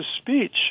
speech